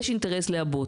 יש אינטרס לעבות.